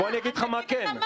אני אגיד לך מה.